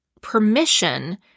permission